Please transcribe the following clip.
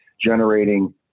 generating